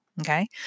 Okay